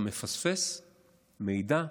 אתה מפספס מידע,